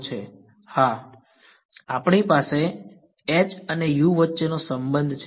વિદ્યાર્થી આપણી પાસે h અને u વચ્ચેનો સંબંધ છે